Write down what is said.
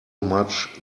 much